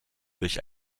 durch